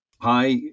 Hi